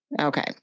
Okay